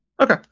okay